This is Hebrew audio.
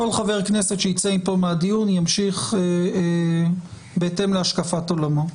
כל חבר כנסת שייצא מהדיון פה ימשיך בהתאם להשקפת עולמו.